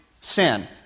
sin